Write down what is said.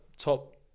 Top